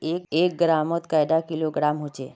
एक ग्राम मौत कैडा किलोग्राम होचे?